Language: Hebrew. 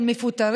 חוקי.